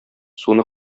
суны